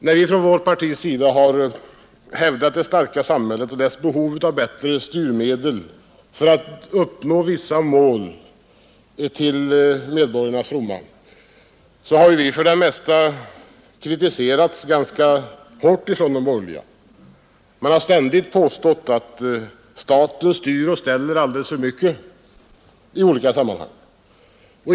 När vi från vårt partis sida har hävdat behovet av ett starkt samhälle med styrmedel för att uppnå vissa mål till medborgarnas fromma har vi för det mesta kritiserats hårt av de borgerliga. Man har ständigt påstått att staten styr och ställer alldeles för mycket i olika sammanhang.